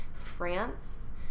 France